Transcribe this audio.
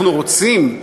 אנחנו רוצים,